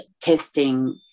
testing